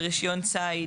רישיון ציד